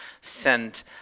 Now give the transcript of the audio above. sent